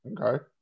okay